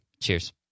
cheers